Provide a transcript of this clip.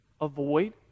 avoid